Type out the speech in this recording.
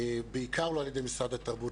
בעיקר לא על ידי משרד התרבות,